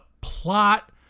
plot